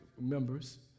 members